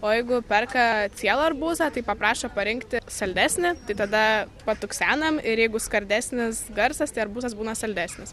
o jeigu perka cielą arbūzą tai paprašo parinkti saldesnį tai tada patuksenam ir jeigu skardesnis garsas tai arbūzas būna saldesnis